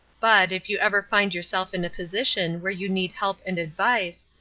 but, if you ever find yourself in a position where you need help and advice,